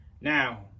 Now